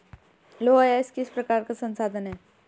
लौह अयस्क किस प्रकार का संसाधन है?